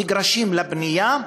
מגרשים לבנייה,